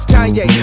Kanye